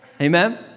Amen